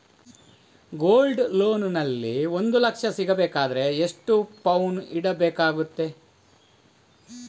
Gold loan ನಲ್ಲಿ ಒಂದು ಲಕ್ಷ ಸಿಗಬೇಕಾದರೆ ಎಷ್ಟು ಪೌನು ಇಡಬೇಕಾಗುತ್ತದೆ?